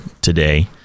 today